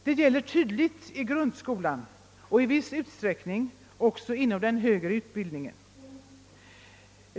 Det gäller tydligt inom grundskolan och i viss utsträckning även inom den högre utbildningen.